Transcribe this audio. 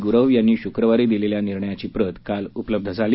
गुरव यांनी शुक्रवारी दिलेल्या निर्णयाची प्रत काल उपलबद्ध झाली